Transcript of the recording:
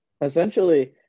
essentially